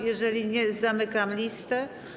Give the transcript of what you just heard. Jeżeli nie, zamykam listę.